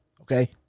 Okay